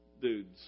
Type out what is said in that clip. dudes